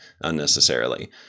unnecessarily